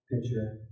picture